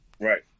Right